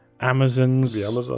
Amazon's